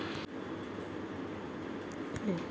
వరి పంటకు క్వింటా ధర ఎంత డిసైడ్ ఎలా చేశారు తెలుసుకోవచ్చా?